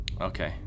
okay